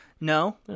No